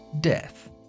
death